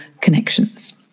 connections